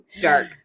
dark